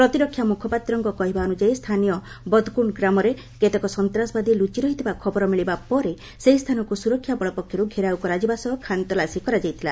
ପ୍ରତିରକ୍ଷା ମ୍ରଖପାତ୍ରଙ୍କ କହିବା ଅନ୍ଦଯାୟୀ ସ୍ଥାନୀୟ ବତ୍ଗ୍ରୁଣ୍ଣ ଗ୍ରାମରେ କେତେକ ସନ୍ତାସବାଦୀ ଲ୍ରଚି ରହିଥିବା ଖବର ମିଳିବା ପରେ ସେହି ସ୍ଥାନକୁ ସୁରକ୍ଷା ବଳ ପକ୍ଷରୁ ଘେରାଉ କରାଯିବା ସହ ଖାନ୍ତଲାସୀ କରାଯାଇଥିଲା